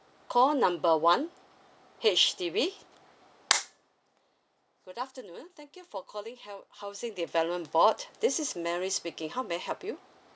call number one H_D_B good afternoon thank you for calling help housing development board this is mary speaking how may I help you